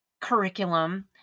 curriculum